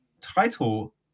title